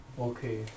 Okay